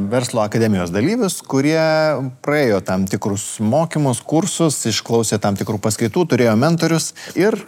verslo akademijos dalyvius kurie praėjo tam tikrus mokymus kursus išklausė tam tikrų paskaitų turėjo mentorius ir